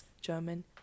german